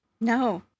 No